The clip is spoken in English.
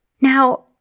Now